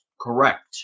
Correct